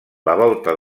volta